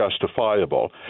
justifiable